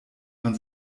man